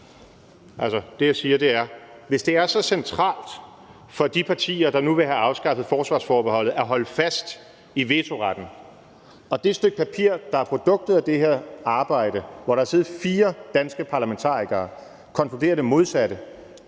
hvis det er så centralt for de partier, der nu vil have afskaffet forsvarsforbeholdet, at holde fast i vetoretten, og det stykke papir, der er produktet af det her arbejde, hvor der har siddet fire danske parlamentarikere, konkluderer det modsatte,